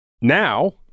Now